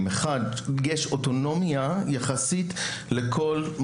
אחרי כל הסיורים והטיפול שעשיתי בחברה